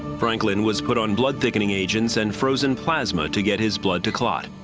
franklin was put on blood thickening agents and frozen plasma to get his blood to clot.